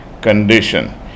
condition